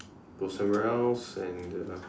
go somewhere else and uh